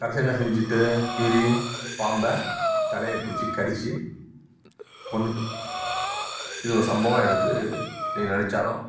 கடைசியாக என்ன செஞ்சிட்டு கீரி பாம்பு தலையை பிடுச்சி கடிச்சு கொன்றுட்டு இது ஒரு சம்பவம் எனக்கு இன்னைக்கு நினச்சாலும்